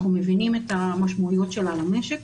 אנחנו מבינים את המשמעויות שלה למשק.